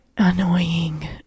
annoying